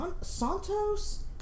Santos